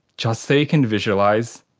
just so you can visualise,